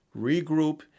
regroup